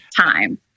time